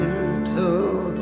Little